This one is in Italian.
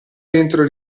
dentro